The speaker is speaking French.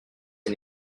est